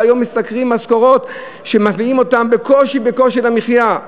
והיום משתכרים משכורות שמביאות אותם בקושי בקושי למחיה.